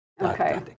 Okay